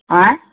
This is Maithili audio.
आए